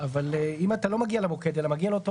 אבל אם אדם לא מגיע למוקד אלא מגיע לאותו